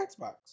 Xbox